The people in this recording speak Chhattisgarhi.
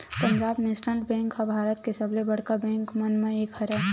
पंजाब नेसनल बेंक ह भारत के सबले बड़का बेंक मन म एक हरय